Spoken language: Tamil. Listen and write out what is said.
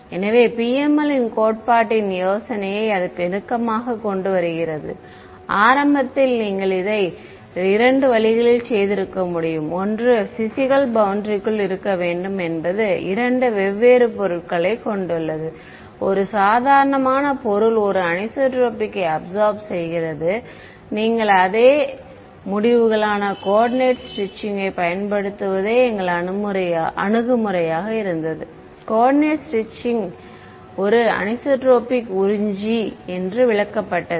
எனவே PML கோட்பாட்டின் யோசனையை அது நெருக்கமாகக் கொண்டுவருகிறது ஆரம்பத்தில் நீங்கள் இதைச் 2 வழிகளில் செய்திருக்க முடியும் ஒன்று பிஸிக்கல் பௌண்டரிக்குள் இருக்க வேண்டும் என்பது இரண்டு வெவ்வேறு பொருள்களைக் கொண்டுள்ளது ஒரு சாதாரண பொருள் ஒரு அனிசோட்ரோபிக்கை அப்சார்ப் செய்கிறது நீங்கள் அதே முடிவுகளான கோஓர்டினேட் ஸ்ட்ரெட்சிங்யைப் பயன்படுத்துவதே எங்கள் அணுகுமுறையாக இருந்தது கோஓர்டினேட் ஸ்ட்ரெட்சிங் ஒரு அனிசோட்ரோபிக் உறிஞ்சி என்று விளக்கப்பட்டது